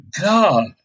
God